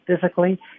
physically